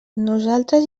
nosaltres